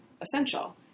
essential